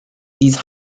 these